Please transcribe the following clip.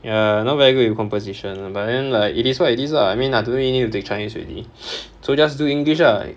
ya I'm not very good with composition but then like it is what it is ah I don't even need to take chinese already so just do english ah